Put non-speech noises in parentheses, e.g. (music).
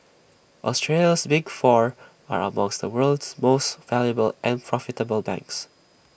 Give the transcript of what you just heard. Australia's big four are among (unintelligible) the world's most valuable and profitable banks